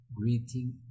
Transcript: greeting